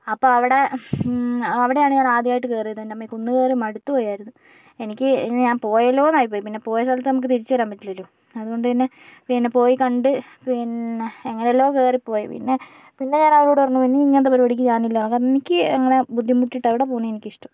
അപ്പോൾ അവിടെ അവിടെയാണ് ഞാൻ ആദ്യമായിട്ട് കയറിയത് തന്നെ എൻ്റെ അമ്മേ കുന്ന് കയറി മടുത്തു പോയിരുന്നു എനിക്ക് ഞാൻ പോയല്ലോയെന്നായിപ്പോയി പിന്നെ പോയ സ്ഥലത്ത് നമുക്ക് തിരിച്ച് വരാൻ പറ്റില്ലല്ലോ അതുകൊണ്ട് തന്നെ പിന്നെ പോയി കണ്ട് പിന്നെ എങ്ങനെയല്ലോ കയറിപ്പോയി പിന്നെ പിന്നെ ഞാൻ അവരോട് പറഞ്ഞു ഇനി ഇങ്ങനത്തെ പരിപാടിക്ക് ഞാനില്ല കാരണം എനിക്ക് അങ്ങനെ ബുദ്ധിമുട്ടിയിട്ട് എവിടെ പോവുന്നതും എനിക്ക് ഇഷ്ടമല്ല